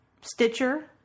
Stitcher